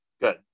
Good